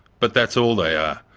but that's all they are,